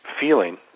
feeling